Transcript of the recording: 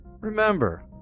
Remember